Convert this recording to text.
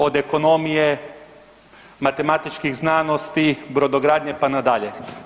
Od ekonomije, matematičkih znanosti, brodogradnje, pa nadalje.